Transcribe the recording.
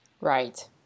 Right